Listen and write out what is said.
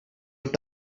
were